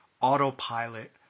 autopilot